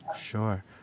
Sure